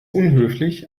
unhöflich